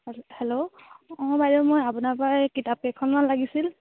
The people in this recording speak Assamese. হেল্ল' হেল্ল' অঁ বাইদেউ মই আপোনাৰপৰা এই কিতাপ কেইখনমান লাগিছিল